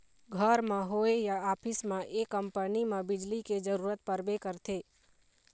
घर म होए या ऑफिस म ये कंपनी म बिजली के जरूरत परबे करथे